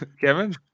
Kevin